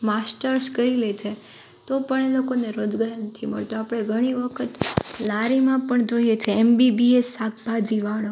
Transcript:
masters કરી લે છે તો પણ એ લોકોને રોજગાર નથી મળતો આપણે ઘણી વખત લારીમાં પણ જોઈએ છીએ એમબીબીએસ શાકભાજીવાળો